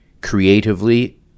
Creatively